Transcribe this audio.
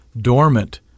dormant